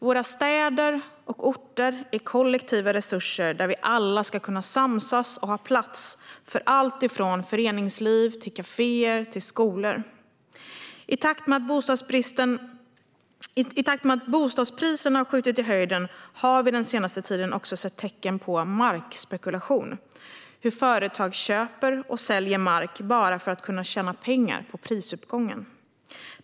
Våra städer och orter är kollektiva resurser där vi alla ska kunna samsas och ha plats för allt från föreningsliv till kaféer och skolor. I takt med att bostadspriserna har skjutit i höjden har vi den senaste tiden också sett tecken på markspekulation. Företag köper och säljer mark bara för att kunna tjäna pengar på prisuppgången.